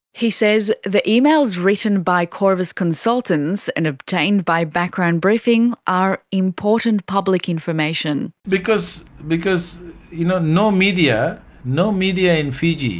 he says the emails written by qorvis consultants and obtained by background briefing are important public information. because because you know no media no media in fiji